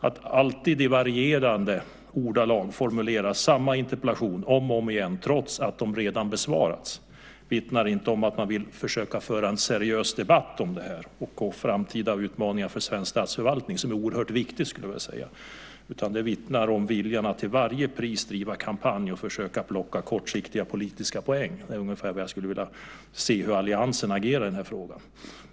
Att alltid i varierande ordalag formulera samma interpellation om och om igen, trots att de redan besvarats, vittnar inte om att man vill försöka föra en seriös debatt om det här och om framtida utmaningar för svensk statsförvaltning, som är oerhört viktigt, utan det vittnar om viljan att till varje pris driva kampanj och försöka plocka kortsiktiga politiska poäng. Det är ungefär så alliansen agerar i den här frågan.